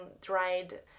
dried